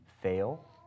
fail